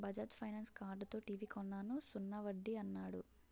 Bajaj finance కార్డుతో TV కొన్నాను సున్నా వడ్డీ యన్నాడు